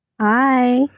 Hi